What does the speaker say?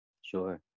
Sure